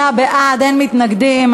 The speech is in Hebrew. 58 בעד, אין מתנגדים.